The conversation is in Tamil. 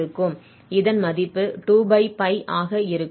இதன் மதிப்பு 2 π ஆக இருக்கும்